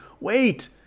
wait